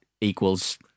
equals